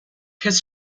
his